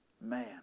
Man